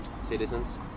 citizens